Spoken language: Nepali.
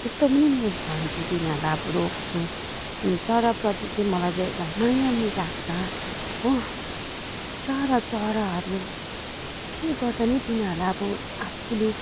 यस्तो पनि म भन्छु तिनीहरूलाई अब रोक्छु चराप्रति चाहिँ मलाई चाहिँ माया पनि लाग्छ हो बिचरा चराहरू के गर्छ नि तिनीहरूलाई अब आफूले